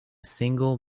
single